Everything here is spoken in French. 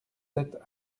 sept